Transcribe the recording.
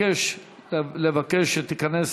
הרווחה והבריאות.